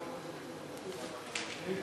כי אני,